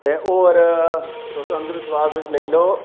ते होर तुस अंध विश्वास बिच्च लेई लैओ